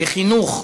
בחינוך,